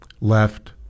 left